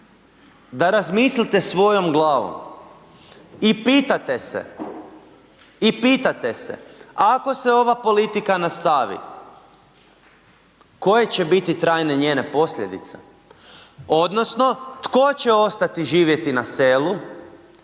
da razmislite svojom glavom i pitate se, i pitate se ako se ova politika nastavi, koje će biti trajne njene posljedice, odnosno tko će ostati živjeti na selu,